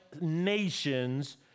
nations